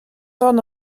ran